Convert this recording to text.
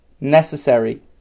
necessary